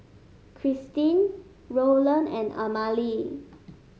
Kristyn Rolland and Amalie